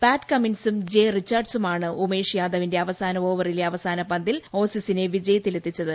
പാറ്റ് കമ്മിൻസും ജേ റിച്ചാഡ്സണുമാണ് ഉമേഷ് യാദവിന്റെ അവസാന ഓവറിലെ അവസാന പന്തിൽ ഓസിസിനെ വിജയത്തിലെത്തിച്ചത്